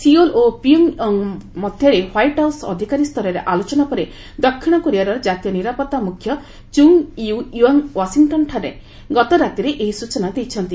Seoul ଏବଂ Pyongyang ମଧ୍ୟରେ White House ଅଧିକାରୀ ସ୍ତରରେ ଆଲୋଚନା ପରେ ଦକ୍ଷିଣ କୋରିଆର କ୍ରାତୀୟ ନିରାପତ୍ତା ମୁଖ୍ୟ ଚୁଙ୍ଗ ଇୟୁ ୟଙ୍ଗ ୱାଶିଂଟନ୍ଠାରେ ଗତ ରାତିରେ ଏହି ସୂଚନା ଦେଇଛନ୍ତି